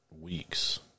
weeks